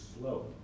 slow